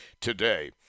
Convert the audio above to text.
today